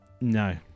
No